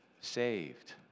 saved